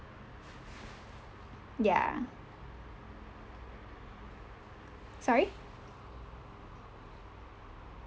ya sorry